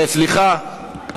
סליחה,